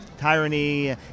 tyranny